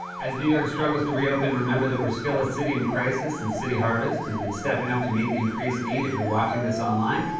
as new york struggles to re-open, remember that we're still a city in crisis, and city harvest has been stepping up to meet the increased need. if you're watching this online,